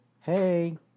hey